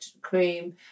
cream